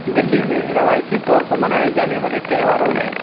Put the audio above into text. دلی میں روایتی طور پر منائے جانے والے تہواروں میں